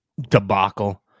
debacle